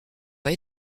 pas